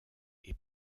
est